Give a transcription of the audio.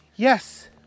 Yes